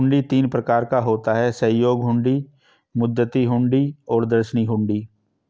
हुंडी तीन प्रकार का होता है सहयोग हुंडी, मुद्दती हुंडी और दर्शनी हुंडी